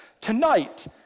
Tonight